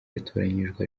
yatoranyijwe